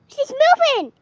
he's moving.